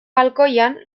balkoian